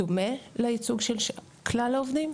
דומה לייצוג של כלל העובדים,